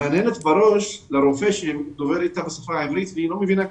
מהנהנת בראש לרופא שמדבר איתה בעברית למרות שהיא לא מבינה כלום.